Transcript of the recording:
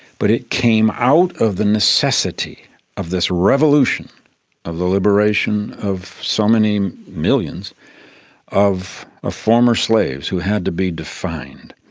but it came out of the necessity of this revolution of the liberation of so many millions of ah former slaves who had to be defined.